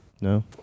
No